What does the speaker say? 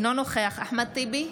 אינו נוכח אחמד טיבי,